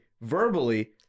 verbally